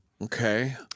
Okay